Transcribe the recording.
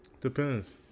Depends